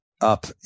up